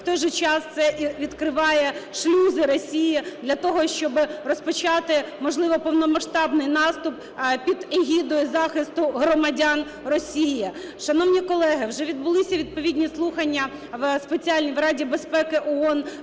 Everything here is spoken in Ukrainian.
В той же час це і відкриває шлюзи Росії для того, щоби розпочати, можливо, повномасштабний наступ під егідою захисту громадян Росії. Шановні колеги, вже відбулися відповідні слухання в Раді безпеки ООН.